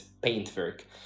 paintwork